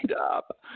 up